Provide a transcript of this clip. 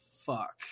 fuck